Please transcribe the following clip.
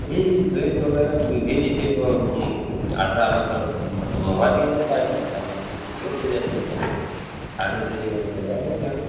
rate वगैरह तो यह जितने को ऑर्डर आने पर मतलब मँगवा दिया जाता है सस्ता इसलिए उपलब्ध हो जाती है आर्डर दे देंगे तो बनवा देंगे हम